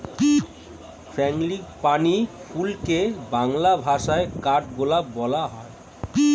frangipani ফুলকে বাংলা ভাষায় কাঠগোলাপ বলা হয়